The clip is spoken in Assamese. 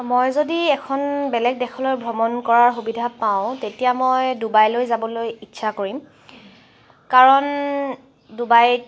মই যদি এখন বেলেগ দেশলৈ ভ্ৰমণ কৰাৰ সুবিধা পাওঁ তেতিয়া মই ডুবাইলৈ যাবলৈ ইচ্ছা কৰিম কাৰণ ডুবাইত